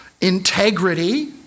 Integrity